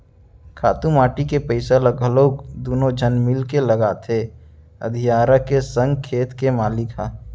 खातू माटी के पइसा ल घलौ दुनों झन मिलके लगाथें अधियारा के संग खेत के मालिक ह